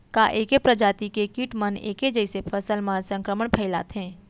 का ऐके प्रजाति के किट मन ऐके जइसे फसल म संक्रमण फइलाथें?